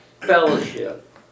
fellowship